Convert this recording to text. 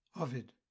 Ovid